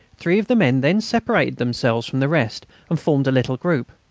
three of the men then separated themselves from the rest and formed a little group.